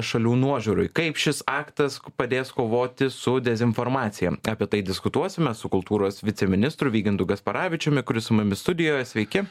šalių nuožiūroj kaip šis aktas padės kovoti su dezinformacija apie tai diskutuosime su kultūros viceministru vygintu gasparavičiumi kuris su mumis studijoje sveiki